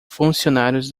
funcionários